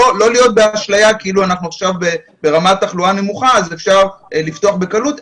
לא להיות באשליה שאנחנו עכשיו ברמת תחלואה נמוכה אז אפשר לפתוח בקלות,